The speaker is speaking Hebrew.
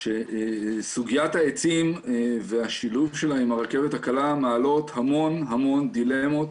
שסוגיית העצים והשילוב שלה עם הרכבת הקלה מעלות המון דילמות,